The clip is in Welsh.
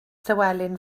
llywelyn